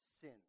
Sin